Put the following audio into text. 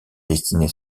destinée